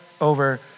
over